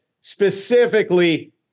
specifically